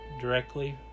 directly